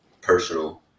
personal